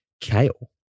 kale